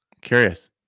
curious